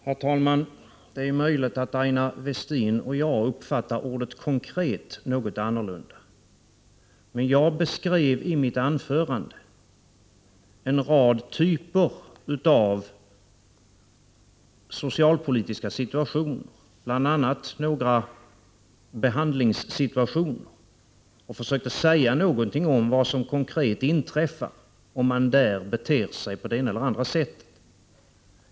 Herr talman! Det är möjligt att Aina Westin och jag uppfattar ordet ”konkret” något annorlunda. Men jag beskrev i mitt anförande en rad typer av socialpolitiska situationer, bl.a. några behandlingssituationer, och för sökte säga någonting om vad som konkret inträffar om man där beter sig på det ena eller andra sättet.